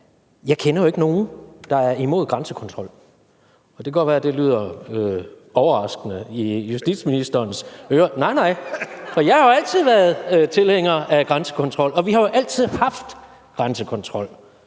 Jeg kender jo ikke nogen, der er imod grænsekontrol, og det kan godt være, at det lyder overraskende i justitsministerens ører, for jeg har jo altid været tilhænger af grænsekontrol, og vi har altid haft grænsekontrol,